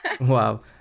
Wow